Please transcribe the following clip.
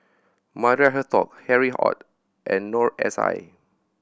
Maria Hertogh Harry Ord and Noor S I